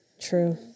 True